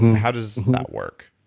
how does that work?